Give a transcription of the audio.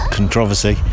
Controversy